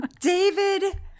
David